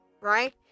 right